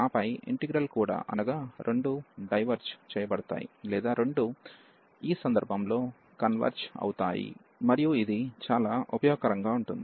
ఆపై ఇంటిగ్రల్ కూడా అనగా రెండూ డైవెర్జ్ చేయబడతాయి లేదా రెండూ ఈ సందర్భంలో కన్వెర్జ్ అవుతాయి మరియు ఇది చాలా ఉపయోగకరంగా ఉంటుంది